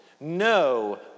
No